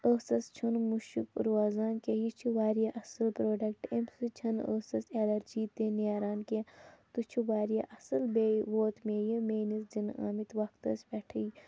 ٲسَس چھُنہٕ مُشُک روزان کینٛہہ یہِ چھُ واریاہ اَصٕل پرٛوڈَکٹ اَمہِ سۭتۍ چھَنہٕ ٲسَس ایٚلَرجی تہِ نیران کینٛہہ تہٕ یہِ چھو واریاہ اصل بیٚیہِ ووت مےٚ یہِ میٛٲنِس دِنہٕ آمٕتۍ وَقتَس پٮ۪ٹھٕے